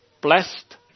blessed